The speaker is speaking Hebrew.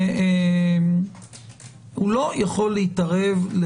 הוא לא יכול להתערב.